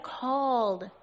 called